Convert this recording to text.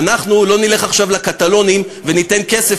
אבל אנחנו לא נלך עכשיו לקטלונים וניתן כסף